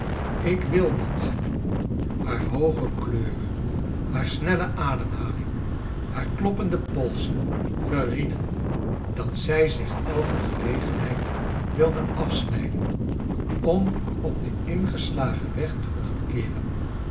ik wil niet haar hooge kleur haar snelle adeinhaling haar kloppende polsen verrieden dat zij zich elke gelegenheid wilde afsnijden om op den ingeslagen weg terug te keeren